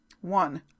One